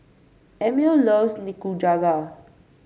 Emil loves Nikujaga